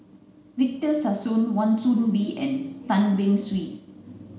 Victor Sassoon Wan Soon Bee and Tan Beng Swee